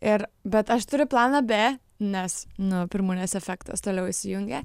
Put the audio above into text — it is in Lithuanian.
ir bet aš turiu planą b nes nu pirmūnės efektas toliau įsijungė